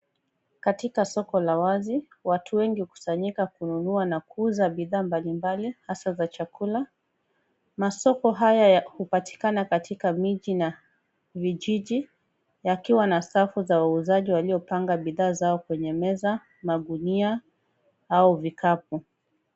Katika soko la wazi, watu wengi hukusanyika na kununua au kuuza bidhaa mbalimbali hasa za chakula. Masoko haya hupatikana katika miji na vijiji, yakiwa na safu ya wauzazi waliopanga bidhaa zao kwenye meza , magunia au vikapu.